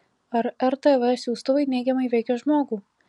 ar rtv siųstuvai neigiamai veikia žmogų